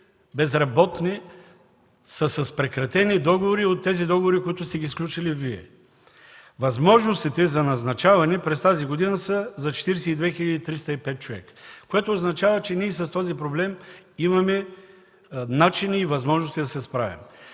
безработни са с прекратени договори – от тези договори, които Вие сте сключили. Възможностите за назначаване през тази година са за 42 305 човека, което означава, че ние имаме начини и възможности да се справим